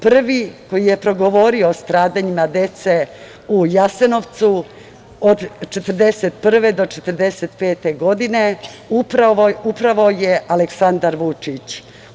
Prvi koji je progovorio o stradanjima dece u Jasenovcu od 1941. do 1945. godine upravo je Aleksandar Vučić.